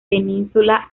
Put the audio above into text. península